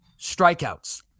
strikeouts